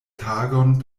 tagon